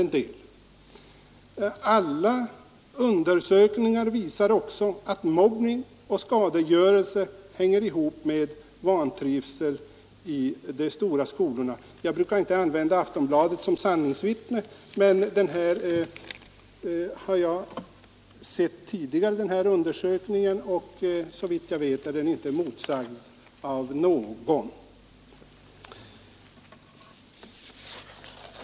Det heter vidare: ”Alla undersökningar visar också att mobbning och skadegörelse hänger ihop med vantrivsel i de stora skolorna.” Jag brukar inte använda Aftonbladet som sanningsvittne, men jag har tidigare tagit del av denna utredning, och såvitt jag vet är den inte motsagd av någon.